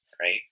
Right